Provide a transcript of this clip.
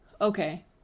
okay